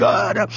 God